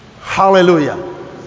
Hallelujah